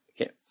Okay